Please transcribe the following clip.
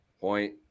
Point